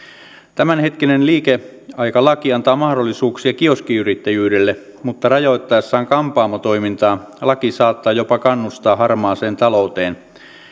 tämänhetkinen liikeaikalaki antaa mahdollisuuksia kioskiyrittäjyydelle mutta rajoittaessaan kampaamotoimintaa laki saattaa jopa kannustaa harmaaseen talouteen